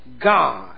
God